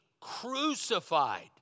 crucified